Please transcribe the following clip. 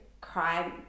cry